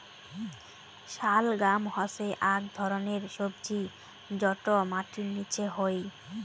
শালগাম হসে আক ধরণের সবজি যটো মাটির নিচে হই